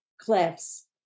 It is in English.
cliffs